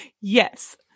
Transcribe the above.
Yes